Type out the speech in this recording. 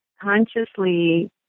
consciously